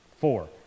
four